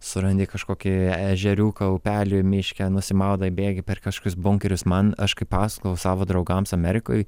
surandi kažkokį ežeriuką upelį miške nusimaudai bėgi per kažkokius bunkerius man aš kai pasakojau savo draugams amerikoj